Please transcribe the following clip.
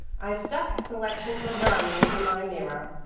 i stuck a selection from browning into my mirror,